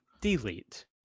delete